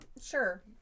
Sure